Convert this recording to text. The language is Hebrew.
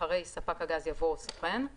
אחרי "ספק הגז" יבוא "או סוכן";